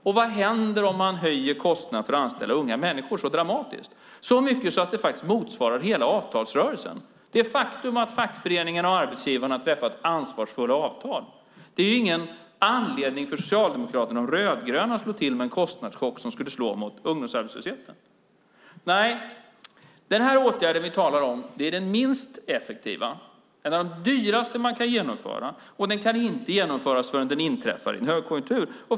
Och vad händer om man höjer kostnaden för att anställa unga människor så dramatiskt - så mycket att det faktiskt motsvarar hela arbetsrörelsen? Det faktum att fackföreningen och arbetsgivarna har träffat ansvarsfulla avtal är ingen anledning för Socialdemokraterna och De rödgröna att slå till med en kostnadschock som skulle slå mot ungdomsarbetslösheten. Nej, den åtgärd vi talar om är den minst effektiva och en av de dyraste man kan genomföra och den kan inte genomföras förrän det inträffar en högkonjunktur.